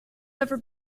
ever